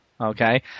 okay